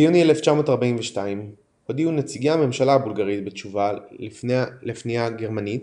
ביולי 1942 הודיעו נציגי הממשלה הבולגרית בתשובה לפנייה גרמנית